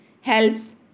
helps